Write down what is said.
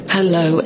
Hello